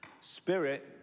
Spirit